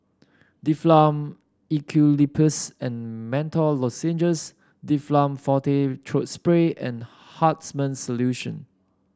Difflam Eucalyptus and Menthol Lozenges Difflam Forte Throat Spray and Hartman's Solution